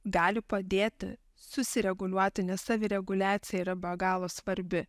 gali padėti susireguliuoti nes savireguliacija yra be galo svarbi